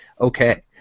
okay